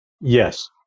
Yes